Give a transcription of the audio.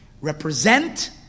represent